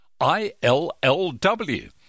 ILLW